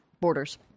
Borders